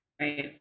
right